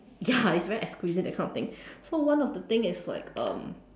ya it's very exquisite kind of thing so one of the thing is like um